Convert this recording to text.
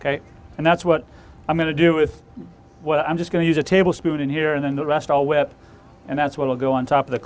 and that's what i'm going to do with what i'm just going to use a tablespoon in here and then the rest all wet and that's what will go on top of the